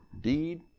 Deed